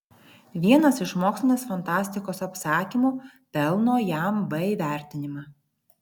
vienas iš mokslinės fantastikos apsakymų pelno jam b įvertinimą